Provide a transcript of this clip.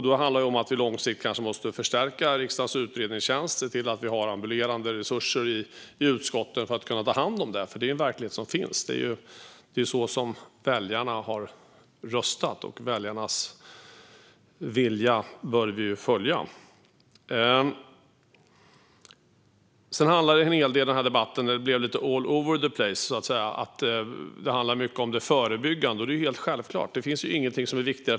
Då handlar det om att vi långsiktigt kanske måste förstärka riksdagens utredningstjänst och se till att vi har ambulerande resurser i utskotten för att kunna ta hand om det. Det är nämligen den verklighet som finns. Det är så väljarna har röstat, och väljarnas vilja bör vi följa. Sedan handlade denna debatt mycket om det förebyggande arbetet. Det blev lite all over the place, så att säga. Det är helt självklart. Det finns ingenting som är viktigare.